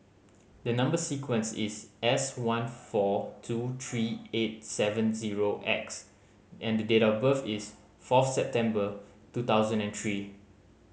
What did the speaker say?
the number sequence is S one four two three eight seven zero X and date of birth is fourth September two thousand and three